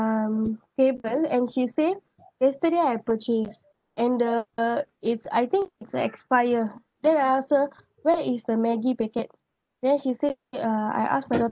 um table and she say yesterday I purchase and the it's I think it's expire then I ask her where is the maggie packet then she say uh I ask my daughter